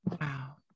Wow